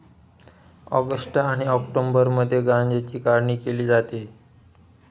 August आणि ऑक्टोबरमध्ये गांज्याची काढणी केली जाते